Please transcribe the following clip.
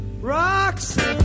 Rocks